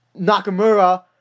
Nakamura